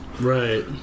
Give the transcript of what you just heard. Right